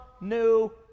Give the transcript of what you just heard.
new